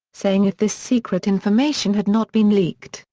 saying if this secret information had not been leaked,